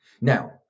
Now